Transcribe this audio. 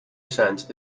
cents